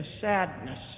sadness